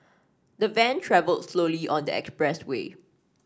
the van travelled slowly on the expressway